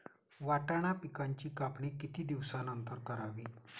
वाटाणा पिकांची कापणी किती दिवसानंतर करावी?